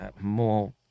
more